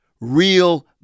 real